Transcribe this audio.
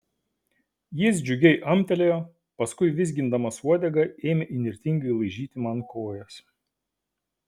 jis džiugiai amtelėjo paskui vizgindamas uodegą ėmė įnirtingai laižyti man kojas